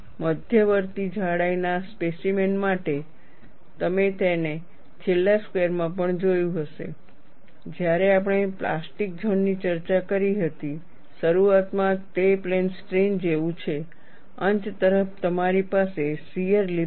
મધ્યવર્તી જાડાઈના સ્પેસીમેન માટે તમે તેને છેલ્લા સ્ક્વેરમાં પણ જોયું હશે જ્યારે આપણે પ્લાસ્ટિક ઝોન ની ચર્ચા કરી હતી શરૂઆતમાં તે પ્લેન સ્ટ્રેઇન જેવું છે અંત તરફ તમારી પાસે શીયર લિપ છે